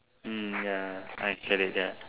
mm ya I felt it ya